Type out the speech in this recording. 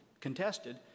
contested